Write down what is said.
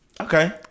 Okay